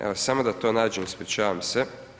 Evo samo da to nađem, ispričavam se.